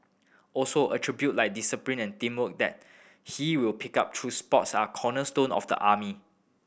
also attribute like discipline and teamwork that he will pick up through sports are cornerstone of the army